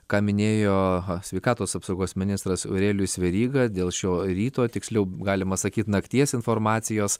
ką minėjo sveikatos apsaugos ministras aurelijus veryga dėl šio ryto tiksliau galima sakyt nakties informacijos